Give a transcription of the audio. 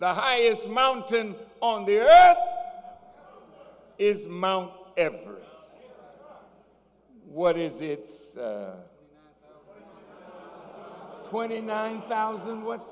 the highest mountain on there is mount everest what is it twenty nine thousand